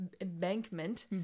embankment